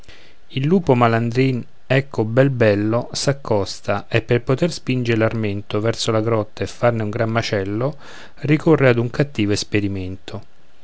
il lupo malandrin ecco bel bello s'accosta e per poter spinger l'armento verso la grotta e farne un gran macello ricorre ad un cattivo esperimento